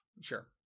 Sure